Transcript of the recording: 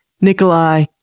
Nikolai